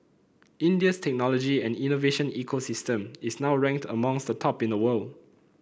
India's technology and innovation ecosystem is now ranked amongst the top in the world